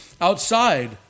outside